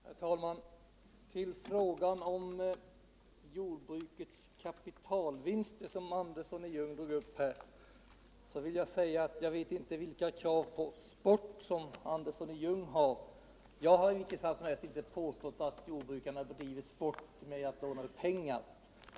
Herr talman! Beträffande frågan om jordbrukets kapitalvinster, som herr Andersson i Ljung tog upp här, vill jag säga att jag inte vet vilka krav han ställer på sportverksamhet. Jag har inte vid detta tillfälle påstått att jordbrukarna bedrivit som en sport att låna pengar.